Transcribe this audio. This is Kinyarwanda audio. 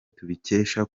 tubikesha